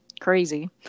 crazy